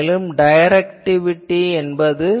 மேலும் டைரக்டிவிட்டி என்பது என்ன